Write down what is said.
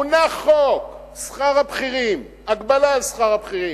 הונח חוק שכר הבכירים, הגבלה על שכר הבכירים.